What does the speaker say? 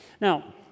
Now